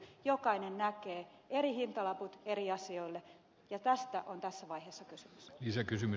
jokainen näkee eri hintalaput eri asioille ja tästä on tässä vaiheessa kysymys